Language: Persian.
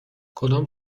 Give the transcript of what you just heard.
کدام